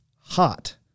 hot